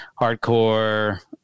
hardcore